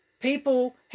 people